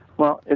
well,